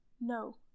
no